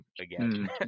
again